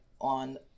on